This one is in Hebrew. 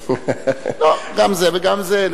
גם זה וגם זה.